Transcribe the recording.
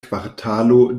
kvartalo